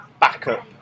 backup